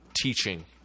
teaching